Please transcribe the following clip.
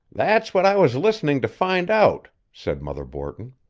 that's what i was listening to find out, said mother borton.